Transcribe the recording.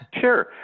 Sure